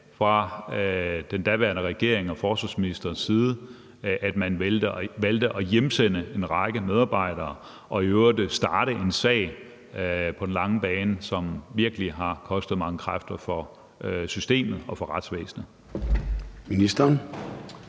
fra den daværende regering og forsvarsministers side, at man valgte at hjemsende en række medarbejdere og i øvrigt starte en sag på den lange bane, som virkelig har kostet mange kræfter for systemet og for retsvæsenet?